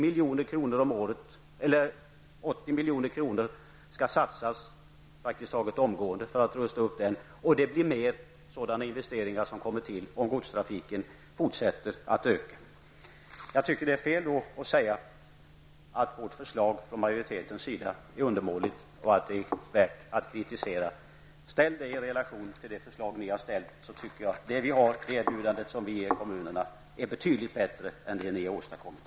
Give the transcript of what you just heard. milj.kr. skall praktiskt taget omgående satsas för att rusta upp den, och flera investeringar kommer till om godstrafiken fortsätter att öka. Jag tycker att det då är fel att säga att majoritetens förslag är undermåligt och att det är lätt att kritisera. Om man ställer vårt förslag i relation till ert, skall man säkerligen finna att det vi har att erbjuda kommunerna är betydligt bättre än det som ni har åstadkommit.